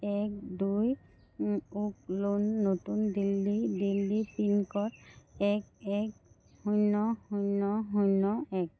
এক দুই oak lane নতুন দিল্লী দিল্লী পিনক'ড এক এক শূন্য শূন্য শূন্য এক